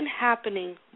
happening